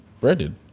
breaded